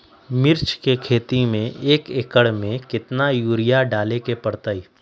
मिर्च के खेती में एक एकर में कितना यूरिया डाले के परतई?